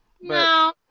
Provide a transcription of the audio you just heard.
No